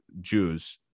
Jews